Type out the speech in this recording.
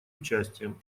участием